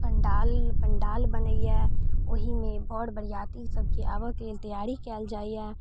पण्डाल पण्डाल बनैय ओहिमे बर बरियाती सबके आबऽके लेल तैयारी कयल जाइए